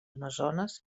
amazones